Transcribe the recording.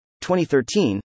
2013